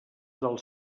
del